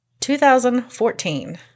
2014